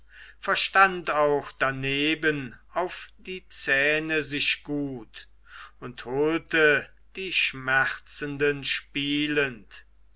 verstand auch daneben auf die zähne sich gut und holte die schmerzenden spielend